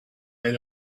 made